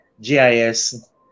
GIS